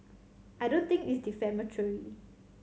I don't think it's defamatory